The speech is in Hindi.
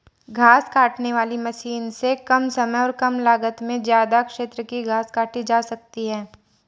घास काटने वाली मशीन से कम समय और कम लागत में ज्यदा क्षेत्र की घास काटी जा सकती है